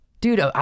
Dude